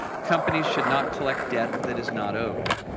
companies should not collect debt that is not owed.